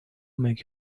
make